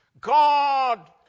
God